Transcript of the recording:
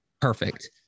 perfect